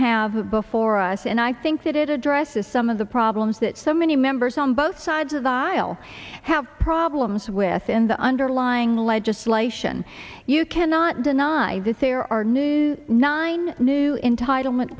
have for us and i think that it addresses some of the problems that so many members on both sides of the aisle have problems with in the underlying legislation you cannot deny that there are new nine new entitlement